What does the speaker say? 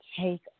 take